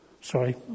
Sorry